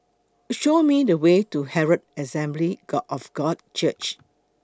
Show Me The Way to Herald Assembly God of God Church